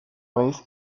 vez